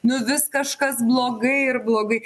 nu vis kažkas blogai ir blogai